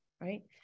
right